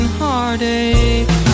heartache